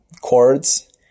chords